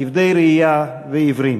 כבדי ראייה ועיוורים.